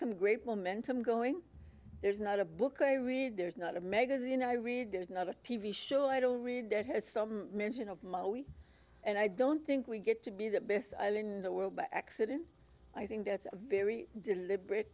some great momentum going there's not a book i read there's not a magazine i read there's not a t v show i don't read that has some mention of and i don't think we get to be the best island in the world by accident i think that's a very deliberate